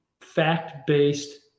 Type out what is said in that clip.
fact-based